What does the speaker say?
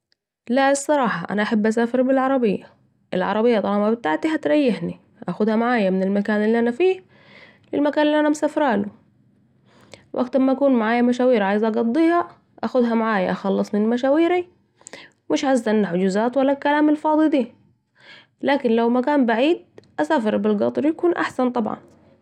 لا الصراحه احب اسافر بالعربيه …العربيه طالما بتاعتي هتريحني اخدها معايا من المكان اللي انا فيه للمكان اللي انا مسافره ليه... وقت ما اكون معايا مشوار عايزة اقضيه اخدها معايا اخلص مش مشواري مش هستني حجزات و الكلام الفاضي ده…لكن لو مكان بعيد اسافر بالقطريكون احسن طبعا